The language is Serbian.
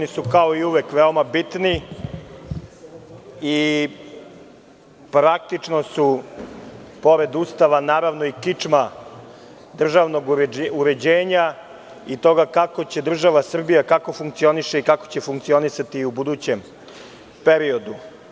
Oni su kao i uvek veoma bitni i praktično su, pored Ustava, naravno i kičma državnog uređenja i toga kako će država Srbija, kako funkcioniše i kako će funkcionisati u budućem periodu.